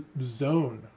zone